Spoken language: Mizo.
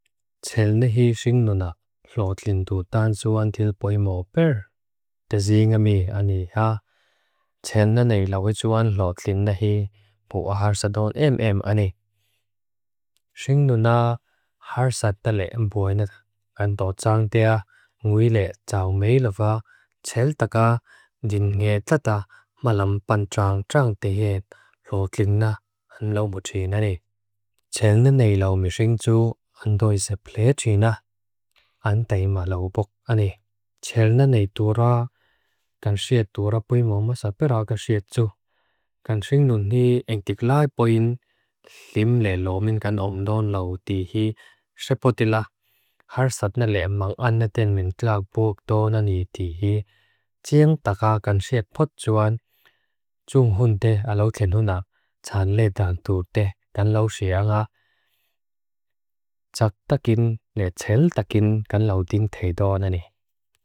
Tsel nehi sing nunak lot lin tu tan suan til boi mo per. Tezi nga mi ani ha. Tsel ne nei lawi suan lot lin nehi. Pua har sadon em em ani. Sing nunak har sad tale em boi net. Anto tsang tia ngui le tsau me lova. Tsel taka nin e tata malam pan tsang tsang tehet. Lot lin na. Anlo mu tsin ani. Tsel ne nei law mi sing tsu. Anto isa ple tsu na. Antai ma law bok ani. Tsel ne nei tu ra. Gan siet tu ra boi mo masapira ka siet tsu. Gan sing nun hi eng tik lai boi in. Lim le lo min kan om non law di hi sepotila. Har sadne le em mang ana ten min klag bok do nan hi di hi. Tseng taka gan siet pot suan. Tsung hun te alu ken hunak. Tsan le dan tu te. Gan law siangak. Tsak takin le tsel takin. Gan law din te do anani.